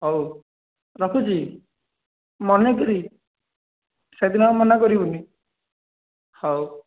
ହଉ ରଖୁଛି ମନେକରି ସେଦିନ ଆଉ ମନା କରିବୁନି ହଉ